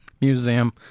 Museum